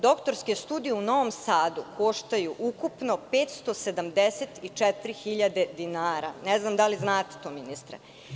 Doktorske studije u Novom Sadu koštaju ukupno 574.000 dinara, ne znam da li znate to ministre.